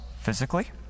Physically